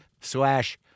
slash